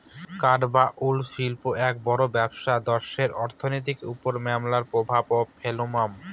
কাঠ বা উড শিল্প এক বড় ব্যবসা দ্যাশের অর্থনীতির ওপর ম্যালা প্রভাব ফেলামু